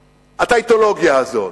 ה"טייטולוגיה" הזאת.